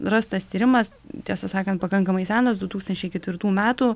rastas tyrimas tiesą sakant pakankamai senas du tūkstančiai ketvirtų metų